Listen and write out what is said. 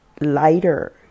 lighter